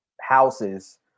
houses